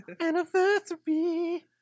anniversary